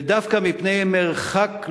ודווקא מפני מרחק,